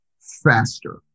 faster